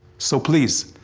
so please,